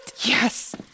Yes